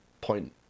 point